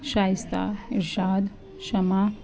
شائستہ ارشاد شمع